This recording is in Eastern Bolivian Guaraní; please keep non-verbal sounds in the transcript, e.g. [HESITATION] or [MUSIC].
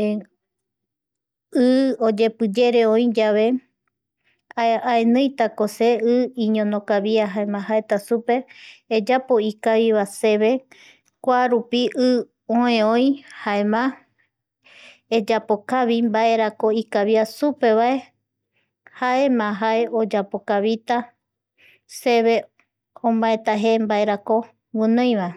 i oyepiyere oi yave [HESITATION] aeniitako se igui i iñonokavia jaema jaeta supe eyapo ikaviva seve kuarupi i oe oi jaema eyapokavi mbaerako ikavia supe vae jaema jae oyapokavita seve omaeta je mbaerakoguinoivae